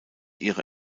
ihre